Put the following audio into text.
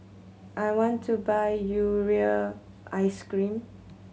I want to buy Urea Ice Cream